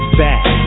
back